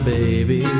baby